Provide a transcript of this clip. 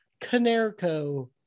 Canerco